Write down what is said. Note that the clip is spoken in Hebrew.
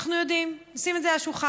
אנחנו יודעים, נשים את זה על השולחן.